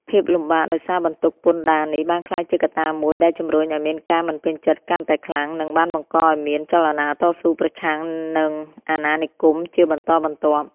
ភាពលំបាកដោយសារបន្ទុកពន្ធដារនេះ បានក្លាយជាកត្តាមួយដែលជំរុញឱ្យមានការមិនពេញចិត្តកាន់តែខ្លាំង និងបានបង្កឱ្យមានចលនាតស៊ូប្រឆាំងនឹងអាណានិគមជាបន្តបន្ទាប់។